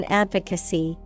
advocacy